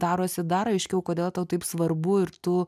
darosi dar aiškiau kodėl tau taip svarbu ir tu